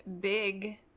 big